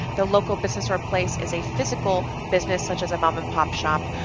the local business or place is a physical business, such as a mom and pop shop,